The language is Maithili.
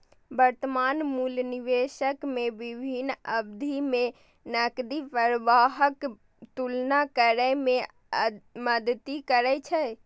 वर्तमान मूल्य निवेशक कें विभिन्न अवधि मे नकदी प्रवाहक तुलना करै मे मदति करै छै